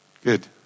Good